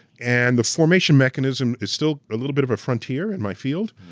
and the formation mechanism is still a little bit of a frontier in my field.